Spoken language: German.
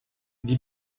die